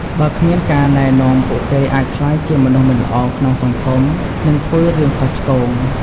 បើគ្មានការណែនាំ ពួកគេអាចក្លាយជាមនុស្សមិនល្អក្នុងសង្គម និងធ្វើរឿងខុសឆ្គង។